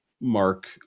mark